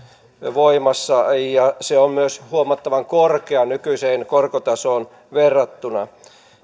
voimassa ja se on myös huomattavan korkea nykyiseen korkotasoon verrattuna